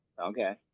Okay